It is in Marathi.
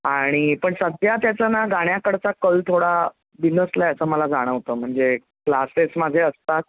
आणि पण सध्या त्याचा ना गाण्याकडचा कल थोडा बिनसला आहे असं मला जाणवतं म्हणजे क्लासेस माझे असतात